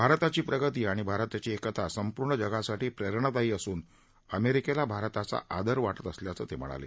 भारताची प्रगती आणि भारताची एकता संपूर्ण जगासाठी प्रेरणादायी असून अमेरिकेला भारताचा आदर वाटत असल्याचं ते म्हणाले